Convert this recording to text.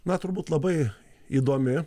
na turbūt labai įdomi